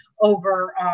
over